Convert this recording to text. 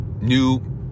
new